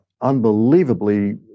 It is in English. unbelievably